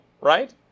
right